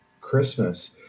Christmas